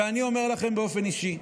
ואני אומר לכם באופן אישי: